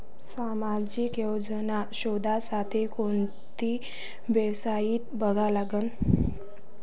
सामाजिक योजना शोधासाठी कोंती वेबसाईट बघा लागन?